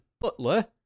Butler